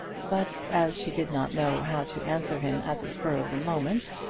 but as she did not know how to answer him at the spur of the moment,